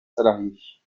salariés